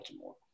more